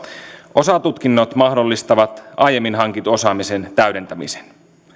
osatutkinnot mahdollistavat aiemmin hankitun osaamisen täydentämisen